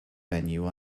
venue